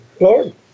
Lord